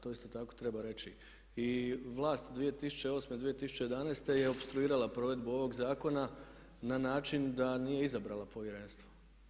To isto tako treba reći i vlast 2008., 2011. je opstruirala provedbu ovog zakona na način da nije izabrala Povjerenstvo.